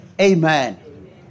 Amen